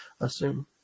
assume